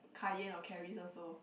Kai-yen or Carrie also